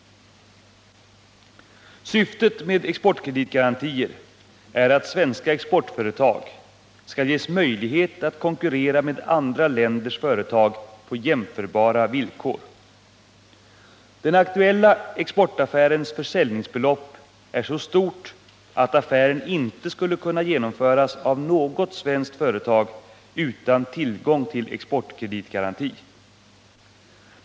Syftet med exportkreditgarantier är att svenska exportföretag skall ges möjlighet att konkurrera med andra länders företag på jämförbara villkor. Den aktuella exportaffärens försäljningsbelopp är så stort att affären inte skulle kunna genomföras av något svenskt företag utan tillgång till exportkreditgaranti.